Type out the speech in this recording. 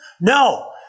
No